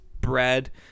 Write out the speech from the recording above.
Bread